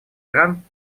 иран